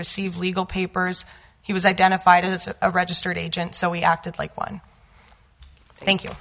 receive legal papers he was identified as a registered agent so he acted like one thank you